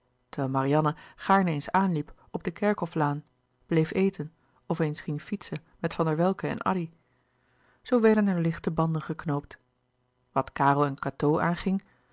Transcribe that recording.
terwijl marianne gaarne eens aanliep op de kerkhoflaan bleef eten of eens ging fietsen met van der welcke en addy zoo werden er lichte banden geknoopt wat karel en cateau